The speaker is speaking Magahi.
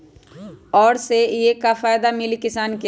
और ये से का फायदा मिली किसान के?